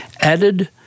Added